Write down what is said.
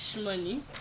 money